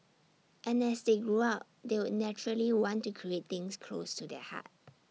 and as they grew up they would naturally want to create things close to their heart